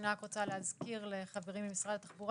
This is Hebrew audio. אני רוצה להזכיר לחברי ממשרד התחבורה